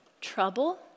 trouble